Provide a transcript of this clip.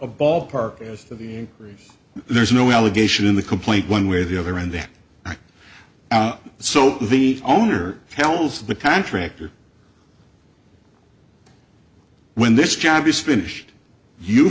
a ballpark thing there's no allegation in the complaint one way or the other and they are so the owner tells the contractor when this job is finished you